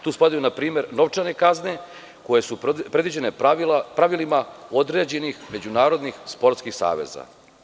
Tu spadaju na primer novčane kazne koje su predviđene pravilima određenih međunarodnih sportskih saveza.